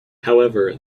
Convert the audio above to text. however